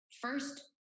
first